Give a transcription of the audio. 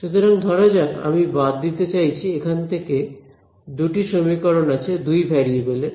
সুতরাং ধরা যাক আমি বাদ দিতে চাইছি এখান থেকে দুটি সমীকরণ আছে দুই ভেরিয়েবলের